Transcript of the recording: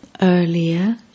Earlier